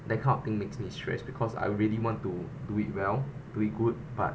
that kind of thing makes me stress because I really want to do it well do it good but